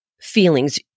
feelings